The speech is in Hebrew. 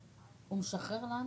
או הפוך.